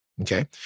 okay